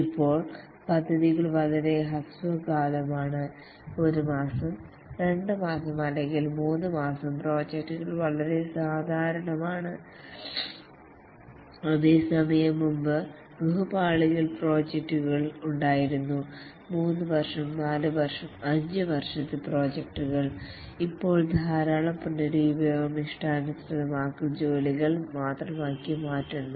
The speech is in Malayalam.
ഇപ്പോൾ പദ്ധതികൾ വളരെ ഹ്രസ്വകാലമാണ് 1 മാസം 2 മാസം അല്ലെങ്കിൽ 3 മാസം പ്രോജക്റ്റുകൾ വളരെ സാധാരണമാണ് അതേസമയം മുമ്പ് ബഹുപാളികൾ പ്രോജക്ടുകൾ ഉണ്ടായിരുന്നു 3 വർഷം 4 വർഷം 5 വർഷത്തെ പ്രോജക്റ്റുകൾ ഇപ്പോൾ ധാരാളം പുനരുപയോഗം ഇഷ്ടാനുസൃതമാക്കൽ ജോലികൾ മാത്രമാക്കി മാറ്റുന്നു